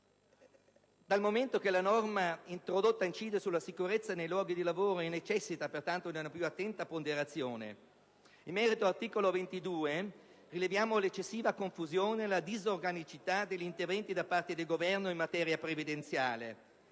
dal momento che la norma introdotta incide sulla sicurezza nei luoghi di lavoro e pertanto necessita di una più attenta ponderazione. In merito all'articolo 22, rileviamo l'eccessiva confusione e la disorganicità degli interventi da parte del Governo in materia previdenziale.